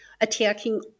attacking